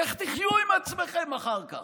איך תחיו עם עצמכם אחר כך,